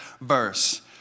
verse